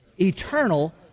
Eternal